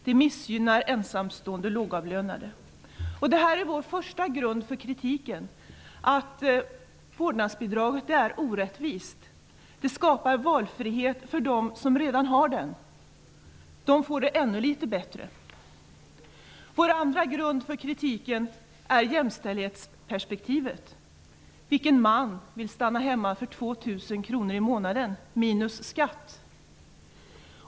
Det missgynnar ensamstående och lågavlönade. Vår första grund för kritiken är att vårdnadsbidraget är orättvist. Det skapar valfrihet för dem som redan har den. De får det ännu litet bättre. Vår andra grund för kritiken är jämställdhetsperspektivet. Vilken man vill stanna hemma för 2 000 kr i månaden minus skatt?